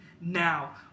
now